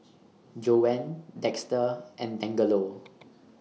Joanne Dexter and Dangelo